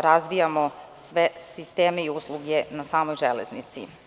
razvijamo sve sisteme i usluge na samoj železnici.